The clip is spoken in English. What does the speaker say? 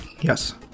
Yes